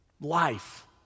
life